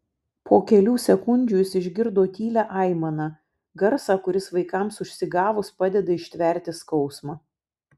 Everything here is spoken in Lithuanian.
po kelių sekundžių jis išgirdo tylią aimaną garsą kuris vaikams užsigavus padeda ištverti skausmą